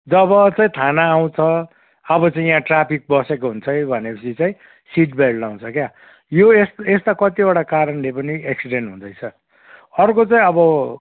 जब चाहिँ थाना आउँछ अब चाहिँ यहाँ ट्राफिक बसेको हुन्छ है भनेपछि चाहिँ सिटबेल्ट लाउँछ क्या यो यस्ता यस्ता कतिवटा कारणले पनि एक्सिडेन्ट हुँदैछ अर्को चाहिँ अब